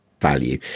value